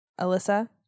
Alyssa